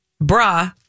Bra